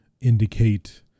indicate